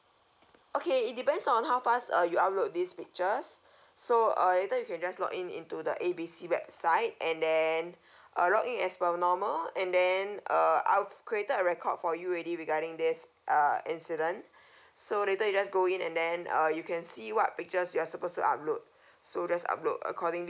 okay it depends on how fast uh you upload these pictures so uh later you can just login into the A B C website and then uh login as per normal and then uh I have created a record for you already regarding this uh incident so later you just go in and then uh you can see what pictures you're supposed to upload so just upload accordingly